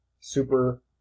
super